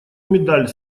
медаль